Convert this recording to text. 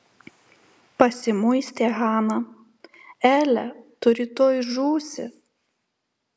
pasimuistė hana ele tu rytoj žūsi